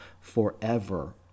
forever